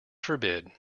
forbid